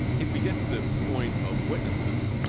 if we get to the point of witnesses,